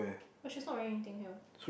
no she is not wearing anything heel